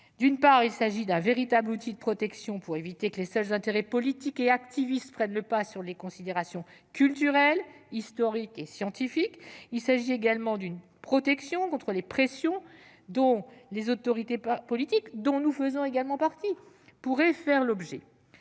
D'une part, il s'agit d'un véritable outil de protection pour éviter que les seuls intérêts politiques et activistes prennent le pas sur les considérations culturelles, historiques et scientifiques. Il s'agit également d'une protection contre les pressions dont les autorités politiques- nous en faisons partie - pourraient faire l'objet.